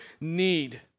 need